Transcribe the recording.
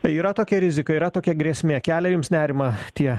tai yra tokia rizika yra tokia grėsmė kelia jums nerimą tie